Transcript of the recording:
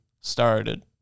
started